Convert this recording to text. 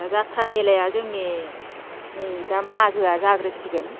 दा जाथ्रा मेलाया जोंनि नै दा मागोआ जाग्रोसिगोन